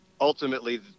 Ultimately